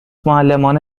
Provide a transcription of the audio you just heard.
معلمان